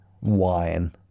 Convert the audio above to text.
wine